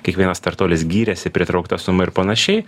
kiekvienas startuolis gyrėsi pritraukta suma ir panašiai